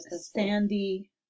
sandy